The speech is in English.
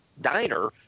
diner